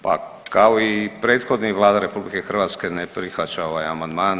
Pa kao i prethodnih Vlada RH ne prihvaća ovaj amandman.